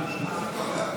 הוועדה,